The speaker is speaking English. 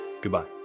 Goodbye